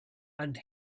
and